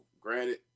granted